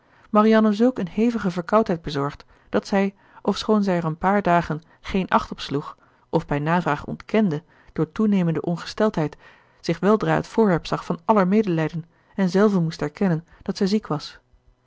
houden marianne zulk een hevige verkoudheid bezorgd dat zij ofschoon zij er een paar dagen geen acht op sloeg of bij navraag ontkende door toenemende ongesteldheid zich weldra het voorwerp zag van aller medelijden en zelve moest erkennen dat zij ziek was